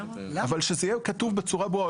אבל, שזה יהיה כתוב בצורה ברורה.